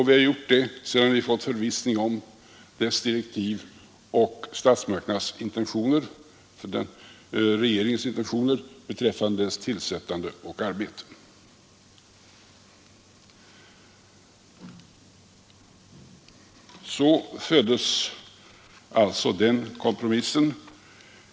Vi har gjort det sedan vi fått förvissning om dess direktiv och regeringens intentioner beträffande dess tillsättande och arbete. Så föddes alltså den kompromissen.